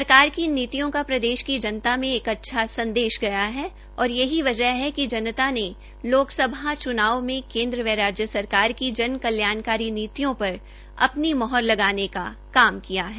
सरकार की इन नीतियों का प्रदेश की जनता में एक अच्छा संदेश गया है और यही वजह है कि जनता ने लोकसभा चुनाव में केन्द्र व राज्य सरकार की जन कल्याणकारी नीतियों पर अपनी मोहर लगाने का काम किया है